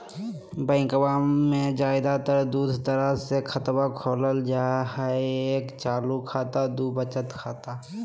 बैंकवा मे ज्यादा तर के दूध तरह के खातवा खोलल जाय हई एक चालू खाता दू वचत खाता